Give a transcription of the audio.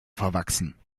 verwachsen